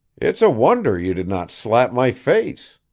it's a wonder you did not slap my face.